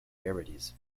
rarities